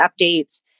updates